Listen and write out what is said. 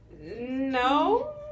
No